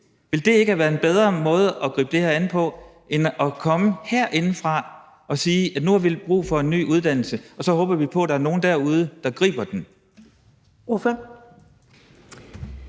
Ville det ikke have været en bedre måde at gribe det her an på end at komme herindefra og sige: Nu har vi brug for en ny uddannelse, og så håber vi på, at der er nogen derude, der griber den?